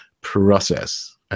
process